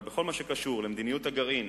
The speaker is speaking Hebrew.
אבל בכל מה שקשור למדיניות הגרעין,